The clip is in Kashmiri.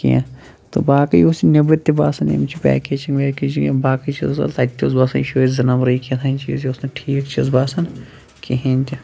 کیٚنٛہہ تہٕ باقٕے اوس یہِ نیٚبٕرۍ تہِ باسان ییٚمِچ یہِ پیکیجِنٛگ ویکیجِنٛگ یِم باقٕے چیٖز تَتہِ تہِ اوس باسان یہِ چھُ یِہوٚے زٕ نَمبرٕے کیٛاہ تھام چیٖز یہِ اوس نہٕ ٹھیٖک چیٖز باسان کِہیٖنۍ تہِ